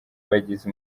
bagize